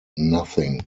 nothing